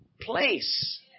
place